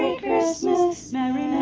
christmas